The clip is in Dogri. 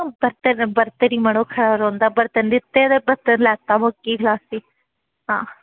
बर्तन बी मड़ो खरा रौहंदा बर्तन दित्ता ते बर्तन लैता ते मुक्की खल्लासी आं